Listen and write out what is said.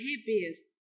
happiest